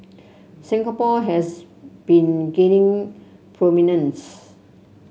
Singapore has been gaining prominence